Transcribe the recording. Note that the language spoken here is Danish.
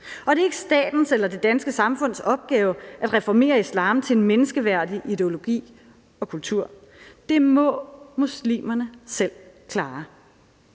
Og det er ikke statens eller det danske samfunds opgave at reformere islam til en menneskeværdig ideologi og kultur. Det må muslimerne selv klare.